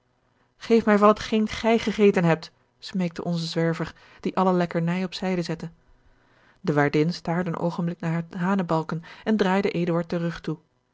geef mij van hetgeen gij gegeten hebt smeekte onze zwerver die alle lekkernij op zijde zette de waardin staarde een oogenblik naar hare hanebalken en draaide eduard den rug toe